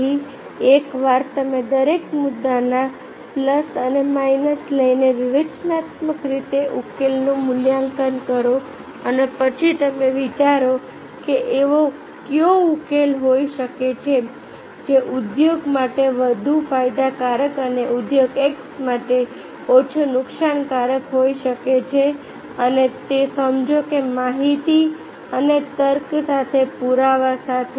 તેથી એકવાર તમે દરેક મુદ્દાના પ્લસ અને માઈનસ લઈને વિવેચનાત્મક રીતે ઉકેલોનું મૂલ્યાંકન કરો અને પછી તમે વિચારો કે એવો કયો ઉકેલ હોઈ શકે જે ઉદ્યોગ માટે વધુ ફાયદાકારક અને ઉદ્યોગ X માટે ઓછું નુકસાનકારક હોઈ શકે અને તે સમજો કે માહિતી અને તર્ક સાથે પુરાવા સાથે